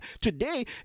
today